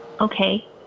okay